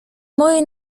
moje